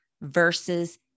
versus